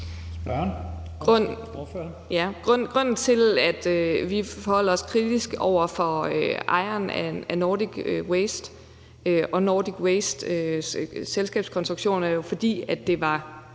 Grunden til, at vi forholder os kritisk over for ejeren af Nordic Waste og Nordic Wastes selskabskonstruktion er jo, at det var